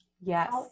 Yes